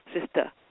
Sister